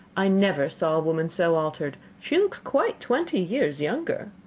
i never saw a woman so altered she looks quite twenty years younger.